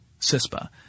CISPA